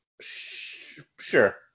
Sure